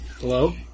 Hello